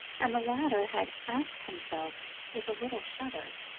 and the latter had asked himself, with a little shiver,